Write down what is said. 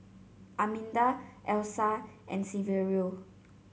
Arminda Elsa and Saverio